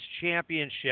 Championship